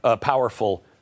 powerful